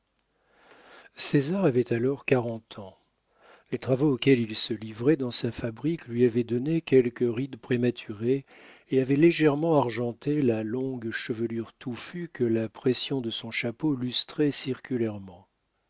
césar avait alors quarante ans les travaux auxquels il se livrait dans sa fabrique lui avaient donné quelques rides prématurées et avaient légèrement argenté la longue chevelure touffue que la pression de son chapeau lustrait circulairement